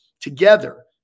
together